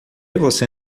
você